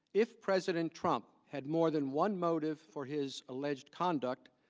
if president trump had more than one motive for his alleged conduct.